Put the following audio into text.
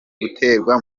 guterwa